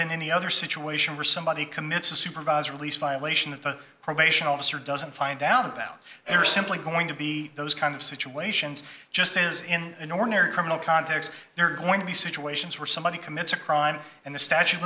than any other situation where somebody commits a supervisor at least violation of the probation officer doesn't find out about it or simply going to be those kind of situations just as in an ordinary criminal context they're going to be situations where somebody commits a crime and the statue of